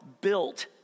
built